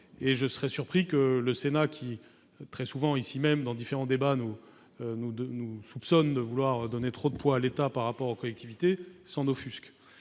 et je serais surpris que le Sénat qui, ici même, dans différents débats, nous soupçonne très souvent de vouloir donner trop de poids à l'État par rapport aux collectivités s'en offusque.